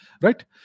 right